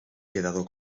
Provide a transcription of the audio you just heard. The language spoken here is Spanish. quedado